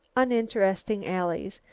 uninteresting alleys,